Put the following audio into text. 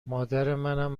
مادرمنم